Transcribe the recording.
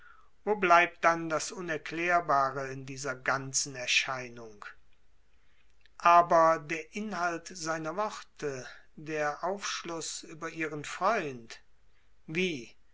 wo bleibt dann das unerklärbare in dieser ganzen erscheinung aber der inhalt seiner worte der aufschluß über ihren freund wie